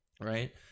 right